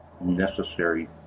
necessary